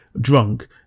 drunk